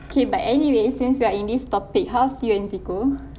okay but anyway since we are in this topic how's you and fiqul